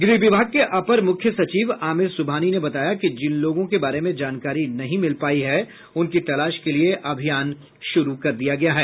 गृह विभाग के अपर मुख्य सचिव आमिर सुबहानी ने बताया कि जिन लोगों के बारे में जानकारी नहीं मिल पायी है उनकी तलाश के लिये अभियान शुरू किया गया है